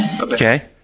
Okay